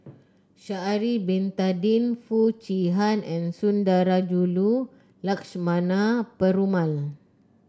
Sha'ari Bin Tadin Foo Chee Han and Sundarajulu Lakshmana Perumal